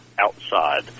outside